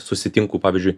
susitinku pavyzdžiui